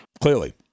Clearly